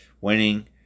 winning